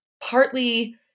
partly